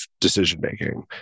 decision-making